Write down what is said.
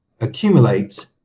accumulate